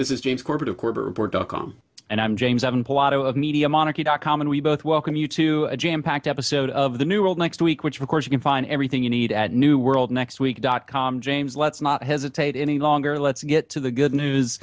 this is james corbett of corporate board dot com and i'm james i know a media monitor dot com and we both welcome you to a jam packed episode of the new world next week which of course you can find everything you need at new world next week dot com james let's not hesitate any longer let's get to the good news